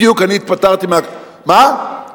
בדיוק התפטרתי, מאז שנכנסנו,